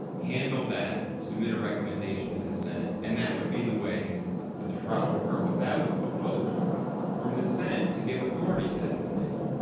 handle that, submit a recommendation to the senate and that would be the way the trial whitaker without a vote from the senate to give authority to that committee?